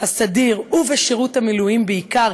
הסדיר ובשירות המילואים בעיקר,